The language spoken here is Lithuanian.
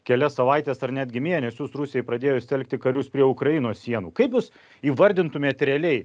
kelias savaites ar netgi mėnesius rusijai pradėjus telkti karius prie ukrainos sienų kaip jūs įvardintumėt realiai